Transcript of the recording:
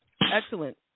Excellent